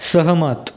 सहमत